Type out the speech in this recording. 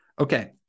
Okay